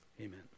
Amen